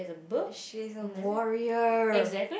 she's a warrior